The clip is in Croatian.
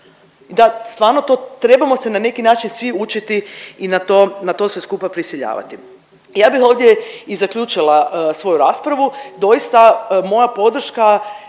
da stvarno to trebamo se na neki način svi učiti i na to, na to sve skupa prisiljavati. Ja bih ovdje i zaključila svoju raspravu, doista moja podrška